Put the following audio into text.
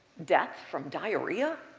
death from diarrhea?